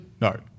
No